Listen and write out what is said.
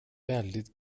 väldigt